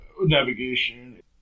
Navigation